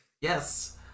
Yes